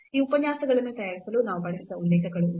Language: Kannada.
ಈ ಉಪನ್ಯಾಸಗಳನ್ನು ತಯಾರಿಸಲು ನಾವು ಬಳಸಿದ ಉಲ್ಲೇಖಗಳು ಇವು